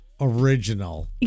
original